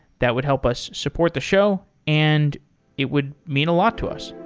that would help us support the show and it would mean a lot to us.